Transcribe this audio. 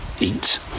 eat